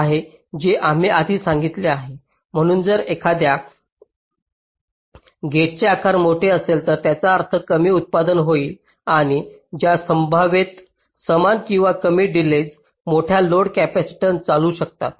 हे असे आहे जे आम्ही आधीच सांगितले आहे म्हणून जर एखाद्या गेटचे आकार मोठे असेल तर याचा अर्थ कमी उत्पादन होईल आणि ज्या संभाव्यतेत समान किंवा कमी डिलेज मोठ्या लोड कॅपेसिटन्स चालवू शकतात